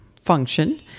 function